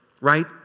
right